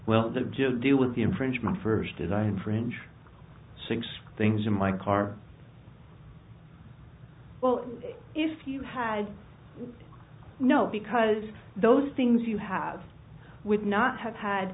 jill deal with the infringement first design fringe six things in my car well if you had no because those things you have would not have had